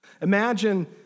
Imagine